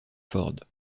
ford